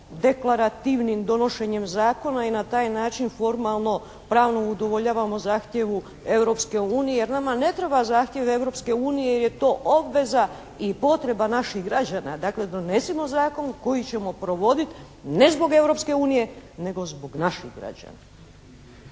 deklarativnim donošenjem zakona i na taj način formalno pravno udovoljavamo zahtjevu Europske unije, jer nama ne treba zahtjev Europske unije jer je to obveza i potreba naših građana. Dakle, donesimo zakon koji ćemo provoditi ne zbog Europske unije, nego zbog naših građana.